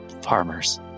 Farmers